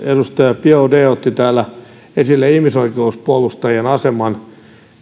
edustaja biaudet otti täällä esille ihmisoikeuspuolustajien aseman